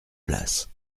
places